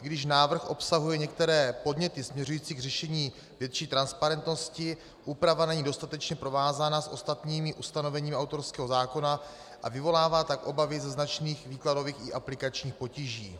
I když návrh obsahuje některé podněty směřující k řešení větší transparentnosti, úprava není dostatečně provázána s ostatními ustanoveními autorského zákona a vyvolává tak obavy ze značných výkladových i aplikačních potíží.